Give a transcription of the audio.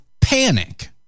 panic